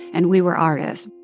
and we were artists